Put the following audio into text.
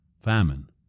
famine